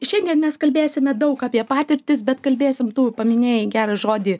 šiandien mes kalbėsime daug apie patirtis bet kalbėsim tu paminėjai gerą žodį